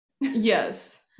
Yes